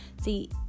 See